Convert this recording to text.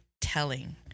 telling